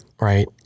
Right